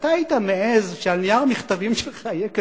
אתה היית מעז שעל נייר המכתבים שלך יהיה כתוב: